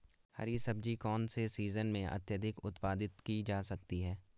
हरी सब्जी कौन से सीजन में अत्यधिक उत्पादित की जा सकती है?